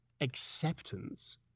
Acceptance